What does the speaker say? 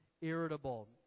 irritable